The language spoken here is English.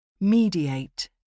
Mediate